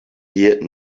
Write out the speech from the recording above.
here